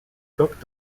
coq